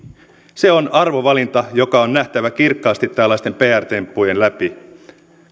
se on arvovalinta joka on nähtävä kirkkaasti tällaisten pr temppujen läpi